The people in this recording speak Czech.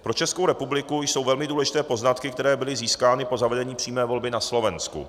Pro Českou republiku jsou velmi důležité poznatky, které byly získány po zavedení přímé volby na Slovensku.